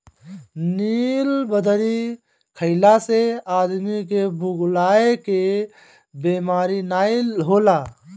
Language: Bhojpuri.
नीलबदरी खइला से आदमी के भुलाए के बेमारी नाइ होला